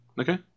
Okay